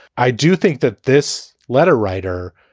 i do think that this letter writer.